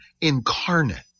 incarnate